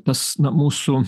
tas na mūsų